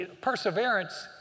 perseverance